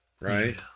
right